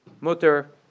Motor